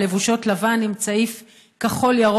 הלבושות לבן עם צעיף כחול-ירוק,